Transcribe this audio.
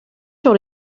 sur